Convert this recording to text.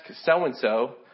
so-and-so